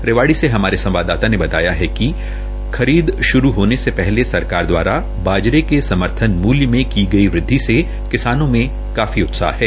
रेवाड़ी से हमारे संवाददाता ने बताया कि खरीद शुरू होने से पहले सरकार द्वारा बाजरे के समर्थन मूल्य मे की गई वद्धि से किसानों में काफी उत्साह है